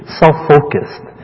self-focused